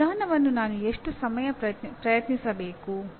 ಈ ವಿಧಾನವನ್ನು ನಾನು ಎಷ್ಟು ಸಮಯ ಪ್ರಯತ್ನಿಸಬೇಕು